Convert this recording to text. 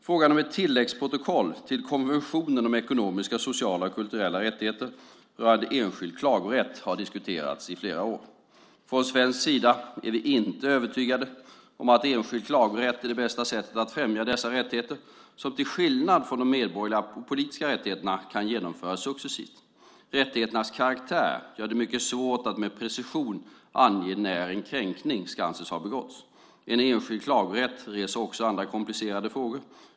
Frågan om ett tilläggsprotokoll till konventionen om ekonomiska, sociala och kulturella rättigheter rörande enskild klagorätt har diskuterats i flera år. Från svensk sida är vi inte övertygade om att enskild klagorätt är det bästa sättet att främja dessa rättigheter som till skillnad från medborgerliga och politiska rättigheter kan genomföras successivt. Rättigheternas karaktär gör det mycket svårt att med precision ange när en kränkning ska anses ha begåtts. En enskild klagorätt reser också andra komplicerade frågor.